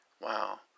Wow